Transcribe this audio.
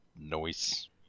noise